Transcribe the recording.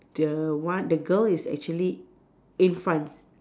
the one the girl is actually in front